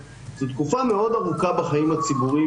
זו תקופה מאוד ארוכה בחיים הציבורים